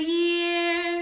year